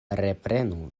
reprenu